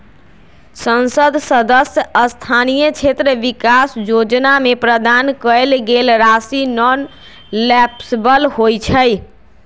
संसद सदस्य स्थानीय क्षेत्र विकास जोजना में प्रदान कएल गेल राशि नॉन लैप्सबल होइ छइ